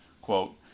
Quote